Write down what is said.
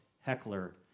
heckler